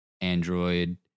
Android